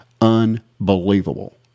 Unbelievable